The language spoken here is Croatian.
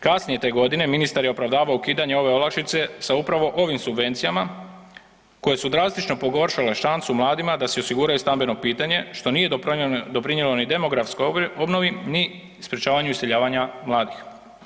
Kasnije te godine ministar je opravdavao ukidanje ove olakšice sa upravo ovim subvencijama koje su drastično pogoršale šansu mladima da si osiguraju stambeno pitanje što nije doprinijelo ni demografskoj obnovi ni sprečavanju iseljavanja mladih.